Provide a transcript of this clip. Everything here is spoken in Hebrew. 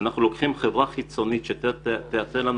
אנחנו לוקחים חברה חיצונית שתאתר עבורנו